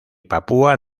papúa